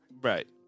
Right